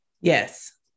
Yes